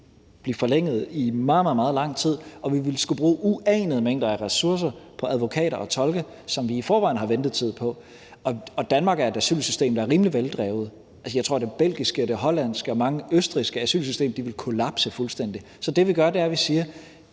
blive forlænget i meget, meget lang tid, og vi ville skulle bruge uanede mængder af ressourcer på advokater og tolke, som vi i forvejen har ventetid på. Danmark har et asylsystem, der er rimelig veldrevet. Jeg tror, det belgiske, det hollandske, det østrigske og mange asylsystemer vil kollapse fuldstændig. Så det, vi gør, er, at vi siger: